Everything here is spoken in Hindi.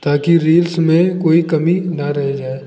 ताकि रील्स में कोई कमी ना रह जाए